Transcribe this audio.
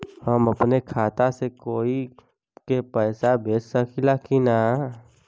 हम अपने खाता से कोई के पैसा भेज सकी ला की ना?